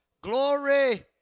Glory